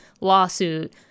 lawsuit